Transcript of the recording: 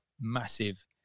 massive